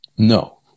no